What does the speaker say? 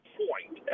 point